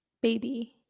baby